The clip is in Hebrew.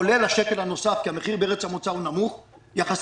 כולל השקל הנוסף כי המחיר בארץ המוצא הוא נמוך יחסית,